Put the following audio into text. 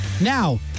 Now